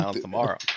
tomorrow